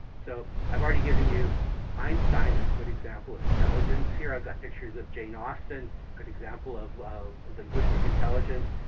so i've already given you einstein as a good example of intelligence. here i've got pictures of jane austen, a good example of of linguistic intelligence.